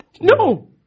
No